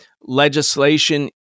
legislation